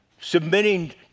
Submitting